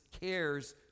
cares